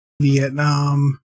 Vietnam